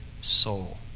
soul